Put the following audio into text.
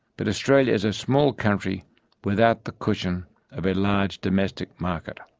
but australia is a small country without the cushion of a large domestic market.